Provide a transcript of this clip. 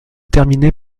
terminait